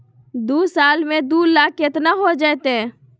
दू साल में दू लाख केतना हो जयते?